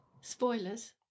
Spoilers